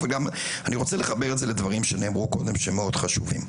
אני רוצה לחבר את זה לדברים שנאמרו קודם שהם מאוד חשובים,